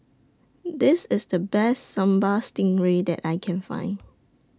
This IS The Best Sambal Stingray that I Can Find